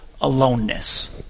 aloneness